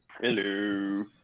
Hello